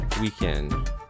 weekend